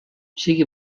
sigui